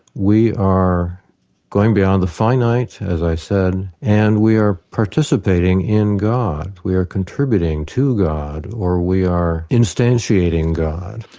we are going beyond the finite, as i said, and we are participating in god, we are contributing to god or we are instantiating god.